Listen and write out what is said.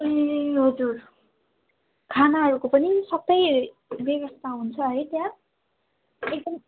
ए हजुर खानाहरूको पनि सबै व्यवस्था हुन्छ है त्यहाँ एकदम